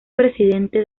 presidente